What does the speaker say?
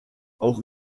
auch